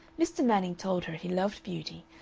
mr. manning told her he loved beauty,